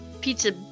pizza